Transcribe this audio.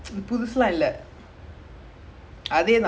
அப்புறம் இப்போ வேற அதே தான் இல்லையா:appuram ippo enna vera athae dhaanae illaiyaa